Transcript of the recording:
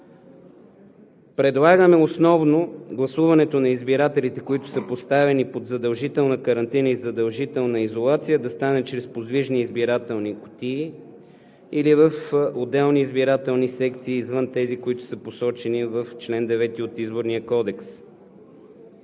Предлагаме основно гласуването на избирателите, които са поставени под задължителна карантина и задължителна изолация, да стане чрез подвижни избирателни кутии или в отделни избирателни секции извън тези, които са посочени в чл. 9 от Изборния кодекс.